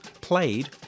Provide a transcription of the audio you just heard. played